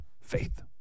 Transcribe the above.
faith